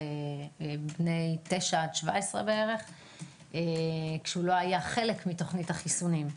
בגילאי 9 עד 17 בערך כשלא היה חלק מתוכנית החיסונים.